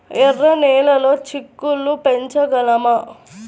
ఎర్ర నెలలో చిక్కుళ్ళు పెంచగలమా?